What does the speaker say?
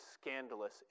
scandalous